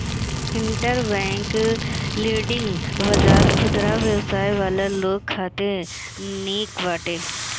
interbank lending बाजार खुदरा व्यवसाय वाला लोग खातिर निक बाटे